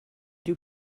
dyw